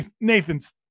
Nathan's